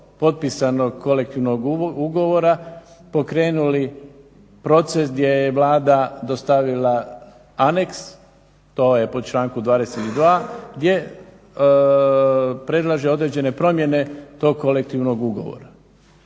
potpisanog kolektivnog ugovora pokrenuli proces gdje je Vlada dostavila aneks, to je po članku 22. gdje predlaže određene promjene tog kolektivnog ugovora.